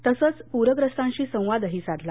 तसच पूर्यस्तांशी संवादही साधला